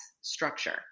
structure